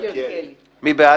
מי בעד?